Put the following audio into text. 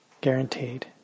guaranteed